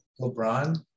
LeBron